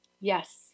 Yes